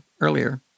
earlier